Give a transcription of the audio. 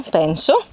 penso